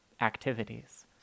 activities